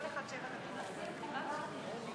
עבר בקריאה שלישית ונכנס לספר החוקים של מדינת ישראל.